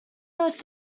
hosts